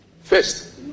First